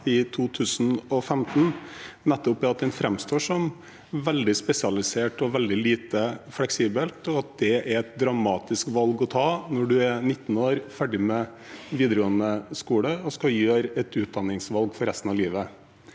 nettopp er at den framstår som veldig spesialisert og veldig lite fleksibel, og at det er et dramatisk valg å ta når du er 19 år, ferdig med videregående skole og skal gjøre et utdanningsvalg for resten av livet.